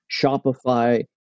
Shopify